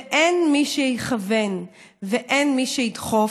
ואין מי שיכוון ואין מי שידחוף.